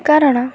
କାରଣ